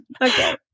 Okay